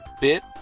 bit